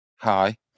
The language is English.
Hi